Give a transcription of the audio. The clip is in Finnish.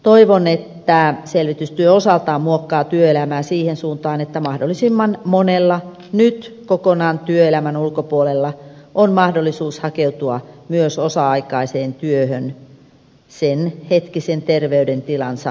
toivon että selvitystyö osaltaan muokkaa työelämää siihen suuntaan että mahdollisimman monella nyt kokonaan työelämän ulkopuolella olevan on mahdollisuus hakeutua myös osa aikaiseen työhön senhetkisen terveydentilansa mukaisesti